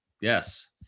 Yes